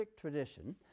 tradition